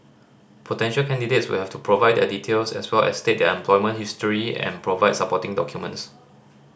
potential candidates will have to provide their details as well as state their employment history and provide supporting documents